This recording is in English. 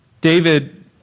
David